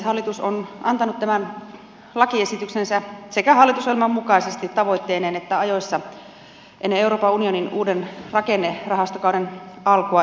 hallitus on antanut tämän lakiesityksensä sekä hallitusohjelman mukaisesti tavoitteineen että ajoissa ennen euroopan unionin uuden rakennerahastokauden alkua ennakoivasti